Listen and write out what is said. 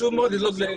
חשוב לדאוג להם.